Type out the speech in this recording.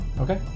okay